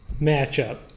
Matchup